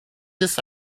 this